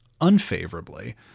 unfavorably